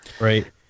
Right